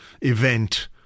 event